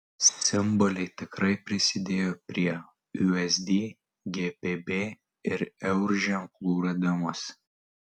simboliai tikrai prisidėjo prie usd gbp ir eur ženklų radimosi